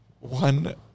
One